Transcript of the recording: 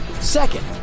Second